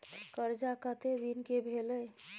कर्जा कत्ते दिन के भेलै?